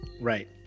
right